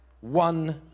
one